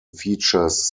features